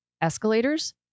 escalators